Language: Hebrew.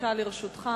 דקה לרשותך.